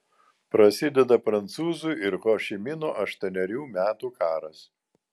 prasideda prancūzų ir ho ši mino aštuonerių metų karas